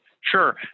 Sure